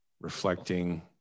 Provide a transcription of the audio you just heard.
reflecting